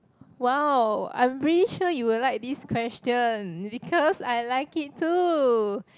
!wow! I am pretty sure you would like this question because I like it too